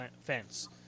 fence